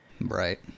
Right